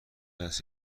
است